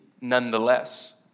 nonetheless